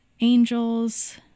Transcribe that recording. angels